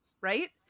right